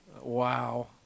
Wow